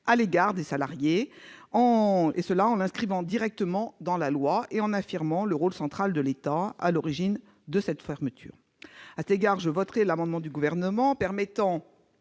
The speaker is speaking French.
à l'égard des salariés, en l'inscrivant directement dans la loi et en affirmant le rôle central de l'État, à l'origine de cette fermeture. À cet égard, je voterai l'amendement du Gouvernement tendant